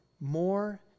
More